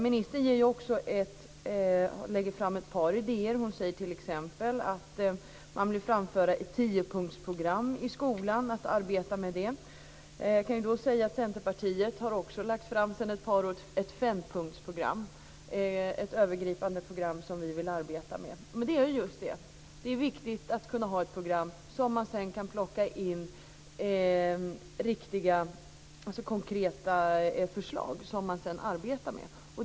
Ministern lägger fram ett par idéer. Hon säger t.ex. att man vill framföra ett tiopunktsprogram i skolan och arbeta med det. Jag kan säga att Centerpartiet sedan ett par år har ett fempunktsprogram, ett övergripande program som vi vill arbeta med. Det är viktigt att kunna ha ett program, konkreta förslag som man sedan arbetar med.